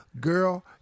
girl